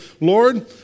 Lord